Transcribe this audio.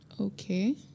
Okay